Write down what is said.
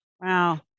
wow